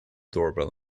doorbell